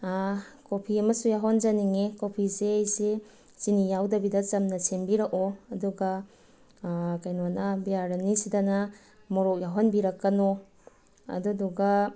coffee ꯑꯃꯁꯨ ꯌꯥꯎꯍꯟꯖꯅꯤꯡꯏ ꯀꯣꯐꯤꯁꯦ ꯑꯩꯁꯤ ꯆꯤꯅꯤ ꯌꯥꯎꯗꯕꯤꯗ ꯆꯝꯅ ꯁꯦꯝꯕꯤꯔꯛꯑꯣ ꯑꯗꯨꯒ ꯀꯩꯅꯣꯅ ꯕꯤ ꯑꯥꯔ ꯑꯅꯤꯁꯤꯗꯅ ꯃꯣꯔꯣꯛ ꯌꯥꯎꯍꯟꯕꯤꯔꯛꯀꯅꯣ ꯑꯗꯨꯗꯨꯒ